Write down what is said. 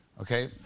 okay